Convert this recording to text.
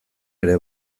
ere